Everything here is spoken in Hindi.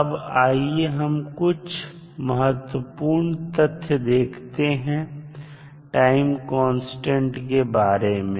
अब आइए हम कुछ महत्वपूर्ण तथ्य देखते हैं टाइम कांस्टेंट के बारे में